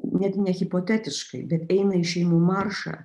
net ne hipotetiškai bet eina į šeimų maršą